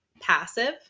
passive